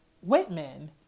Whitman